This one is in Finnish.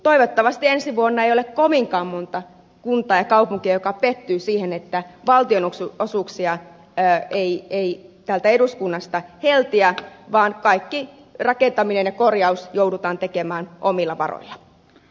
toivottavasti ensi vuonna ei ole kovinkaan monta kuntaa ja kaupunkia joka pettyy siihen että valtionosuuksia ei täältä eduskunnasta heltiä vaan kaikki rakentaminen ja korjaus joudutaan tekemään omilla varoilla